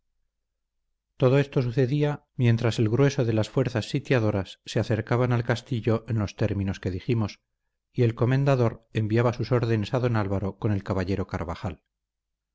todo esto sucedía mientras el grueso de las fuerzas sitiadoras se acercaban al castillo en los términos que dijimos y el comendador enviaba sus órdenes a don álvaro con el caballero carvajal